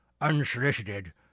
unsolicited